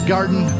Garden